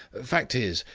fact is.